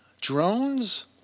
Drones